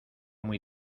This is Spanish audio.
muy